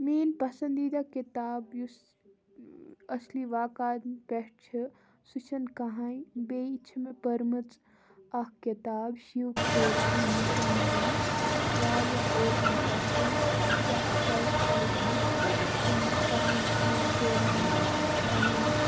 میٛٲنۍ پَسنٛدیٖدہ کِتاب یُس اَصلی واقعات پٮ۪ٹھ چھِ سُہ چھِنہٕ کَہَے بیٚیہِ چھِ مےٚ پٔرمٕژ اَکھ کِتاب Shiv Khera you can win سُہ چھِ واریاہ اِنٹرٛٮ۪سٹِنٛگ سُہ چھِ اَکھ سٮ۪لٕف ہٮ۪لٕپ بُک تٔمۍ تَتھ منٛز چھِ شِو کھیران پَنٕنۍ